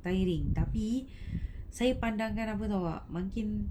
tiring tapi saya pandangkan apa [tau] tak mangkin